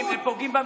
הם פוגעים בחרדים,